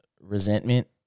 resentment